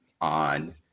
on